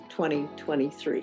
2023